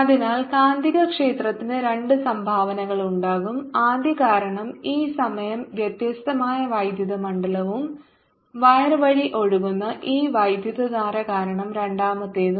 അതിനാൽ കാന്തികക്ഷേത്രത്തിന് രണ്ട് സംഭാവനകളുണ്ടാകും ആദ്യം കാരണം ഈ സമയം വ്യത്യസ്തമായ വൈദ്യുത മണ്ഡലവും വയർ വഴി ഒഴുകുന്ന ഈ വൈദ്യുതധാര കാരണം രണ്ടാമത്തേതും